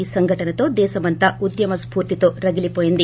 ఈ సంఘటనతో దేశమంతా ఉద్యమస్ఫూర్తితో రగిలిపోయింది